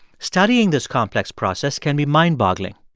studying this complex process can be mind-boggling.